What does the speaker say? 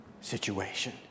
situation